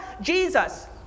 Jesus